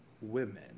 women